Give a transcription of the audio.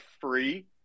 free